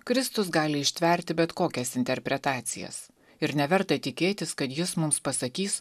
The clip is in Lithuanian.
kristus gali ištverti bet kokias interpretacijas ir neverta tikėtis kad jis mums pasakys